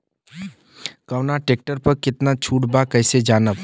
कवना ट्रेक्टर पर कितना छूट बा कैसे जानब?